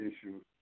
issues